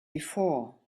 before